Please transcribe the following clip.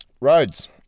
Roads